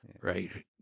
right